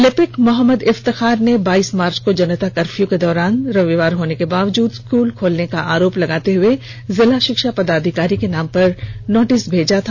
लिपिक मोहम्मद इफ्तेकार ने बाईस मार्च को जनता कर्फयू के दौरान रविवार होने के बावजूद स्कूल खोलने का आरोप लगाते हुए जिला षिक्षा पदाधिकारी के नाम का नोटिस भेजा था